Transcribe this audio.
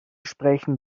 sprechen